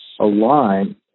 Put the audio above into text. align